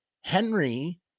Henry